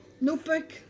Notebook